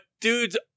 dude's